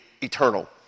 eternal